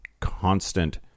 constant